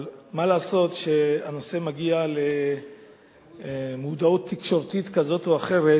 אבל מה לעשות שכשהנושא מגיע למודעות תקשורתית כזאת או אחרת,